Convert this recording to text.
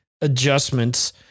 adjustments